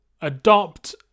adopt